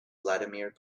vladimir